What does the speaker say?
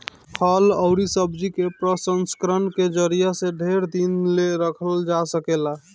फल अउरी सब्जी के प्रसंस्करण के जरिया से ढेर दिन ले रखल जा सकेला